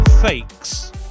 fakes